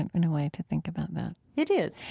in a way, to think about that it is.